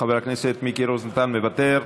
חבר הכנסת מיקי רוזנטל, מוותר.